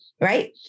right